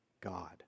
God